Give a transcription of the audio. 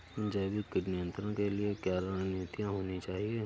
जैविक कीट नियंत्रण के लिए क्या रणनीतियां होनी चाहिए?